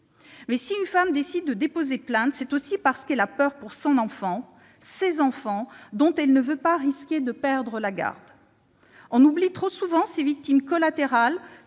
Si une femme décide de déposer plainte, c'est aussi parce qu'elle a peur pour ses enfants, dont elle ne veut pas risquer de perdre la garde. On oublie trop souvent ces victimes collatérales,